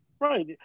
Right